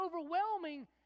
overwhelming